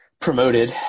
promoted